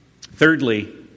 Thirdly